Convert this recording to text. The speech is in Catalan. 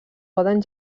poden